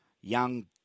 Young